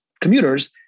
commuters